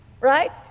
right